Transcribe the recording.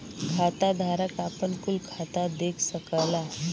खाताधारक आपन कुल खाता देख सकला